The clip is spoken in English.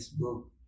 Facebook